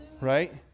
Right